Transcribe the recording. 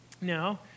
now